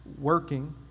working